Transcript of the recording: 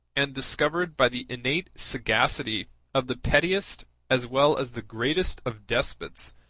and discovered by the innate sagacity of the pettiest as well as the greatest of despots,